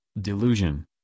delusion